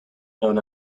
known